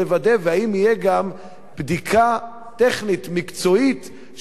והאם תהיה גם בדיקה טכנית מקצועית של רמת